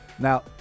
Now